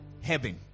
heaven